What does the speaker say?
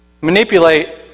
manipulate